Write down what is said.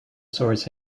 source